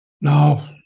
No